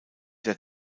der